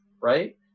Right